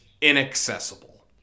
inaccessible